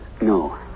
No